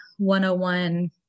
101